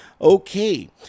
okay